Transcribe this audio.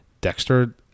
Dexter